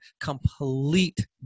complete